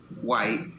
white